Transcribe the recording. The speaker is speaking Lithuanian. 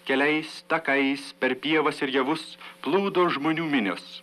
keliais takais per pievas ir javus plūdo žmonių minios